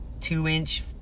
two-inch